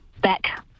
back